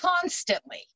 Constantly